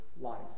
life